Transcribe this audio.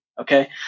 Okay